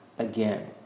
again